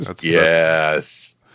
yes